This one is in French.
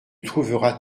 trouveras